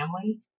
family